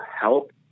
help